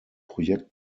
projekt